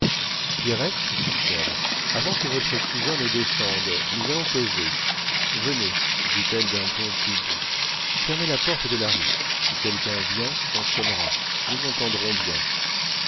pierrette dit-elle avant que votre cousin descende nous allons causer venez dit-elle d'un ton plus doux fermez la porte de la rue si quelqu'un vient on sonnera nous entendrons bien